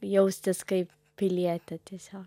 jaustis kaip pilietė tiesio